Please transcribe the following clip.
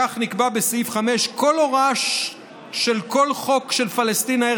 כך נקבע בסעיף )V5): "כל הוראה של כל חוק של פלשתינה (א"י)